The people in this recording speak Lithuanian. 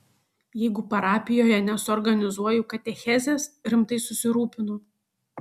jeigu parapijoje nesuorganizuoju katechezės rimtai susirūpinu